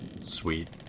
sweet